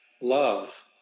love